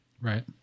Right